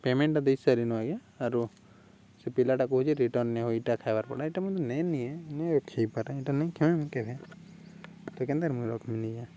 ପେମେଣ୍ଟଟା ଦେଇ ସାରିିନୁ ଆଜ୍ଞା ଆରୁ ସେ ପିଲାଟା କହୁଛି ରିଟର୍ନ ଏଇଟା ଖାଇବାର୍ ପଡ଼ା ଏଇଟା ମୁଇଁ ନେଇନି ନିଏ ଖେଇପାରେ ଏଇଟା ନେଇ ମୁଁ କେବେ କେନ୍ତାର୍ ମୁଇଁ ରଖମିି ନିଜେ